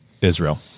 Israel